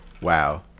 Wow